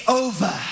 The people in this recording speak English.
over